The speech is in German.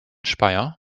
speyer